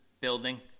building